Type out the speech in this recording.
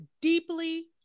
deeply